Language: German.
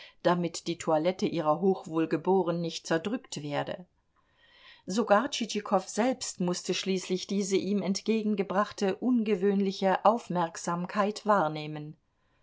damit die toilette ihrer hochwohlgeboren nicht zerdrückt werde sogar tschitschikow selbst mußte schließlich diese ihm entgegengebrachte ungewöhnliche aufmerksamkeit wahrnehmen